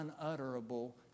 unutterable